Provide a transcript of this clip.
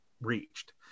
reached